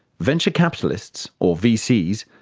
venture capitalists or vcs,